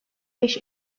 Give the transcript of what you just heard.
beş